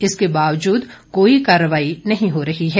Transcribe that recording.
इसके बावजूद कोई कार्रवाई नहीं हो रही है